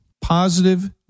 Positive